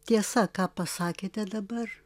tiesa ką pasakėte dabar